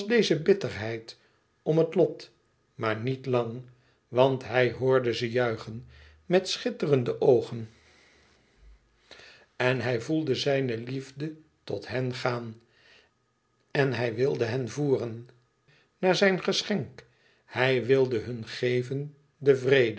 deze bitterheid om het lot maar niet lang want hij hoorde ze juichen met schitterende oogen en hij voelde zijne liefde tot hen gaan en hij wilde hen voeren naar zijn geschenk hij wilde hun geven den vrede